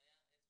זה היה איזשהו